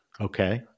Okay